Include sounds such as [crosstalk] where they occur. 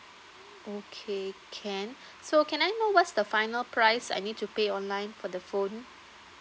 okay can [breath] so can I know what's the final price I need to pay online for the phone